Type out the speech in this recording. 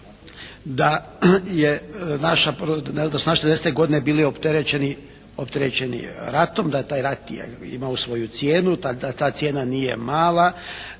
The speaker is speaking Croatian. da su naši devedesete godine bili opterećeni ratom, da je taj rat imao svoju cijenu, da ta cijena nije mala,